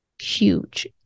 huge